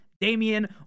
Damian